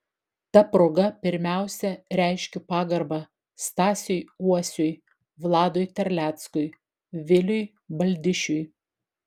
ta proga pirmiausia reiškiu pagarbą stasiui uosiui vladui terleckui viliui baldišiui